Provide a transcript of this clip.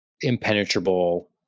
impenetrable